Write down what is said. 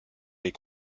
les